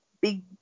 big